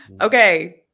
Okay